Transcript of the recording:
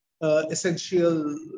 essential